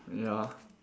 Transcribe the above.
ya